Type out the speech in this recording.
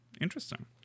Interesting